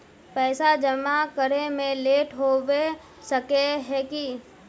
पैसा जमा करे में लेट होबे सके है की?